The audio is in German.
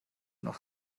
noch